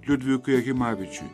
liudvikui jakimavičiui